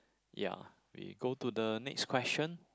ya we go to the next question